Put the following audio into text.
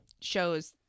shows